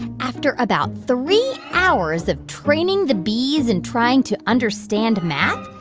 after about three hours of training the bees in trying to understand math,